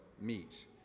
meet